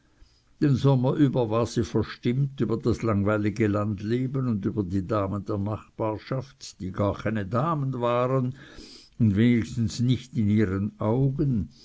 den sommer über war sie verstimmt über das langweilige landleben und über die damen der nachbarschaft die gar keine damen waren wenigstens nicht in ihren augen